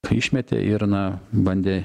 išmetė ir na bandė